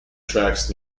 tracks